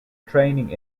training